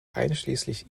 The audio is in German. einschließlich